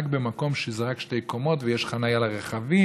רק במקום שזה רק שתי קומות ויש חניה לרכבים,